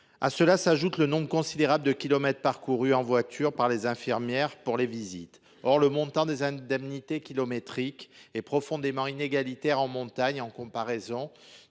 À cela s’ajoute le nombre considérable de kilomètres parcourus en voiture par les infirmières pour les visites. Or le montant des indemnités kilométriques est profondément inégalitaire en montagne, si on